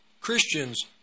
Christians